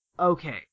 Okay